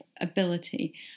ability